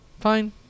Fine